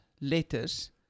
letters